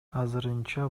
азырынча